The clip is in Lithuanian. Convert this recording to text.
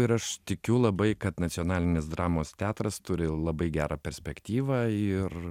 ir aš tikiu labai kad nacionalinis dramos teatras turi labai gerą perspektyvą ir